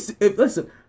Listen